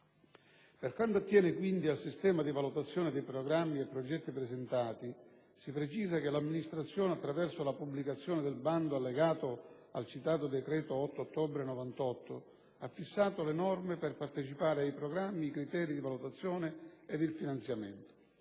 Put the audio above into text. Per quanto attiene quindi al sistema di valutazione dei programmi e progetti presentati, si precisa che l'amministrazione, attraverso la pubblicazione del bando allegato al citato decreto 8 ottobre 1998, ha fissato le norme per partecipare ai programmi, i criteri di valutazione e il finanziamento.